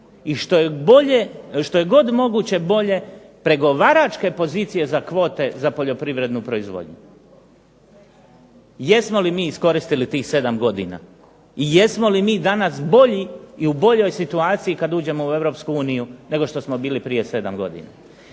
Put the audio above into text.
i što je god moguće bolje pregovaračke pozicije za kvote za poljoprivrednu proizvodnju. Jesmo li mi iskoristili tih 7 godina? I jesmo li mi danas bolji i u boljoj situaciji kad uđemo u Europsku uniju nego što smo bili prije 7 godina?